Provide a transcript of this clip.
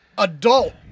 adult